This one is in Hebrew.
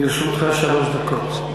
לרשותך שלוש דקות.